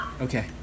Okay